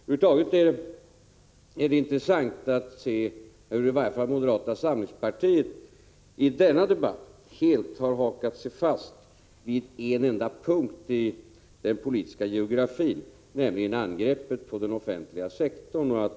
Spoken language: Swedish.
Det är över huvud taget intressant att se hur i varje fall moderata samlingspartiet i denna debatt helt har hakat sig fast vid en enda punkt i den politiska geografin, nämligen angreppet på den offentliga sektorn.